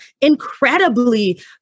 incredibly